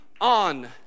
on